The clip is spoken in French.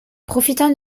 profitant